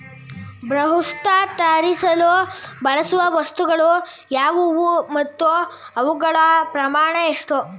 ಬ್ರಹ್ಮಾಸ್ತ್ರ ತಯಾರಿಸಲು ಬಳಸುವ ವಸ್ತುಗಳು ಯಾವುವು ಮತ್ತು ಅವುಗಳ ಪ್ರಮಾಣ ಎಷ್ಟು?